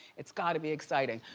it's gotta be exciting.